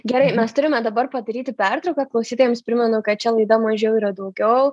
gerai mes turime dabar padaryti pertrauką klausytojams primenu kad čia laida mažiau yra daugiau